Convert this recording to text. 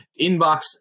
Inbox